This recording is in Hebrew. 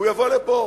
והוא יבוא לפה.